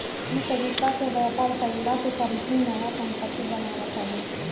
इ तरीका से व्यापार कईला से कंपनी नया संपत्ति बनावत हवे